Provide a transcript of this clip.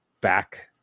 back